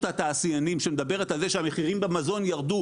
התעשיינים שמדברת על זה שהמחירים במזון ירדו,